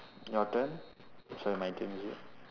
your turn sorry my turn is it